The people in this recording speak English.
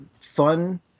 fun